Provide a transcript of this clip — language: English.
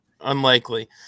unlikely